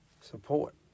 support